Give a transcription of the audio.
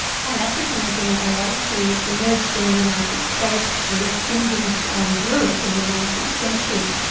pan-africanism, ironically, emerged in the united states, the west indies and europe in the nineteenth century,